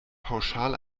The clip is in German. pauschal